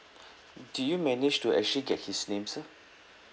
do you manage to actually get his name sir